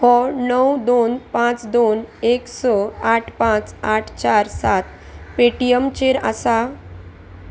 हो णव दोन पांच दोन एक स आठ पांच आठ चार सात पेटीएमचेर आसा